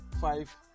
five